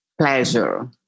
pleasure